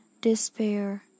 despair